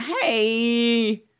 Hey